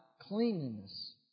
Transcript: cleanliness